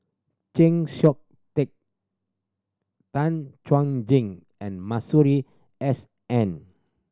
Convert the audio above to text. Chng Seok Tin Tan Chuan Jin and Masuri S N